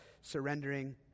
surrendering